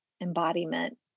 embodiment